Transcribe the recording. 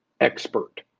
expert